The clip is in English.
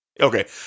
Okay